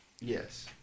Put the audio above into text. Yes